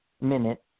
minute